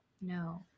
No